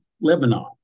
Lebanon